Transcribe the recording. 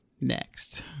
Next